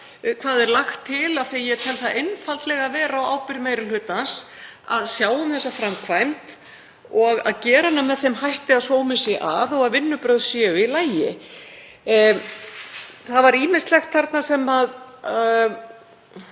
hvað lagt er til af því að ég tel það einfaldlega vera á ábyrgð meiri hlutans að sjá um þessa framkvæmd og gera hana með þeim hætti að sómi sé að og að vinnubrögð séu í lagi. Það var ýmislegt þarna sem